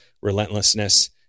relentlessness